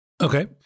Okay